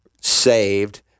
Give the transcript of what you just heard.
saved